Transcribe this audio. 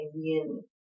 yin